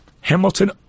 Hamilton